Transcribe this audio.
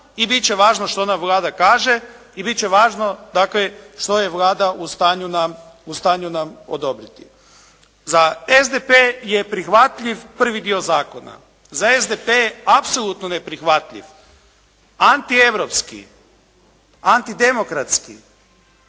i bit će važno što nam Vlada kaže, i bit će važno dakle što je Vlada u stanju nam odobriti. Za SDP je prihvatljiv prvi dio zakona. Za SDP apsolutno ne prihvatljiv, anti Europski, antidemokratski,